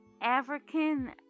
African